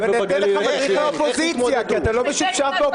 יש משהו?